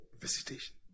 visitation